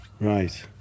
Right